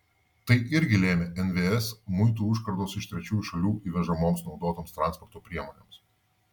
tai irgi lėmė nvs muitų užkardos iš trečiųjų šalių įvežamoms naudotoms transporto priemonėms